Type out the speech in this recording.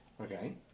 Okay